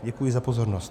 Děkuji za pozornost.